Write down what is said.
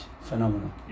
phenomenal